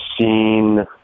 seen